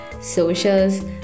socials